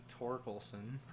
Torkelson